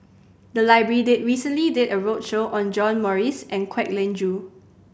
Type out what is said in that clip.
the library did recently did a roadshow on John Morrice and Kwek Leng Joo